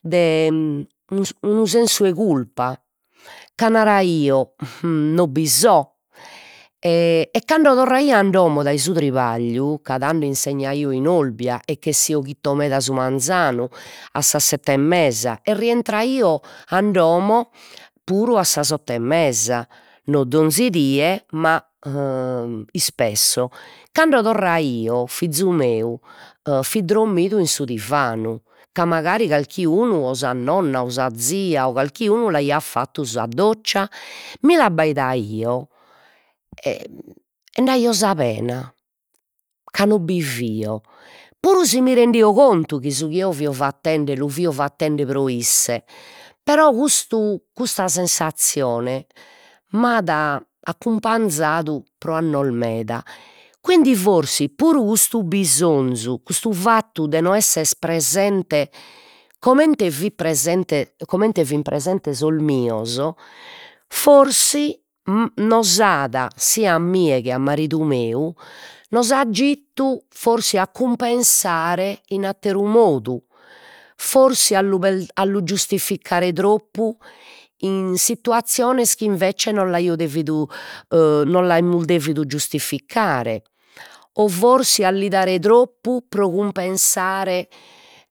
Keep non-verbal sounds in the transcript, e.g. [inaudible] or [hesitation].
De [hesitation] unu sensu 'e culpa ca naraio u non bi so e e cando torraio a domo dai su tribagliu, ca tando insegnaio in Olbia e ch''essio chito meda su manzanu a sas sette e mesa e rientraio a domo puru a sas otto e mesa, non donzi die ma [hesitation] ispesso, cando torraio fizu meu e fit drommidu in su divanu, ca mancari calchi unu o sa nonna o sa tia o calchiunu l'aiat fattu sa doccia, mi l'abbaidaio e e nd'aio sa pena, ca non bi fio, puru si mi rendio contu chi su chi eo fio fattende lu fio fattende pro isse, però custu custa sensazzione m'at accumpanzadu pro annos meda, quindi forsi puru custu bisonzu, custu fattu de no esser presente, comente fit presente comente fin presentes sos mios forsi [hesitation] nos at sia a mia che a maridu meu, nos a giuttu forsi a cumpensare in atteru modu, forsi a lu [hesitation] a lu giustificare troppu in situazziones chi invece non l'aio devidu [hesitation] non l'aimus devidu giustificare o forsi a li dare troppu pro cumpensare